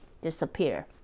disappear